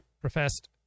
professed